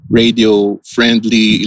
radio-friendly